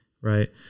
right